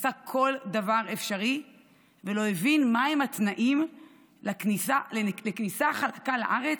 עשה כל דבר אפשרי ולא הבין מה הם התנאים לכניסה חלקה לארץ,